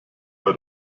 bei